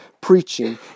preaching